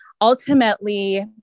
ultimately